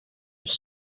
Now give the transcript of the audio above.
his